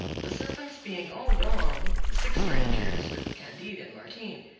the servants being all gone, the six strangers, with candide and martin,